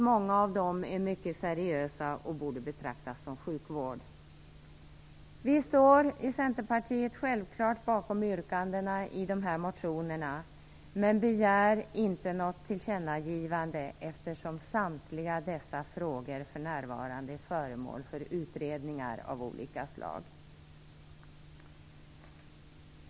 Många av dem är mycket seriösa och borde betraktas som sjukvård. Vi i Centerpartiet står självklart bakom yrkandena i dessa motioner, men vi begär inte något tillkännagivande, eftersom samtliga dessa frågor för närvarande är föremål för utredningar av olika slag.